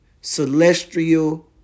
celestial